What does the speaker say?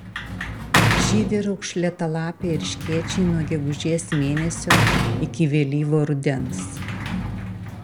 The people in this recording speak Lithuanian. žydi raukšlėtalapiai erškėčiai nuo gegužės mėnesio iki vėlyvo rudens